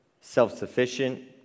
self-sufficient